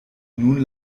nun